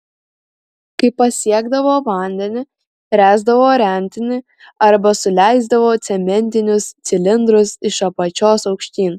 kai pasiekdavo vandenį ręsdavo rentinį arba suleisdavo cementinius cilindrus iš apačios aukštyn